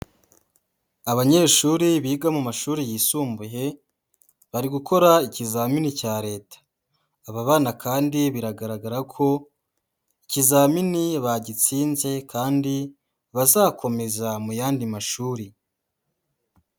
Abanyeshuri biga mu mashuri yisumbuye, bari gukora ikizamini cya Leta, aba bana kandi biragaragara ko ikizamini bagitsinze kandi bazakomeza mu yandi mashuri.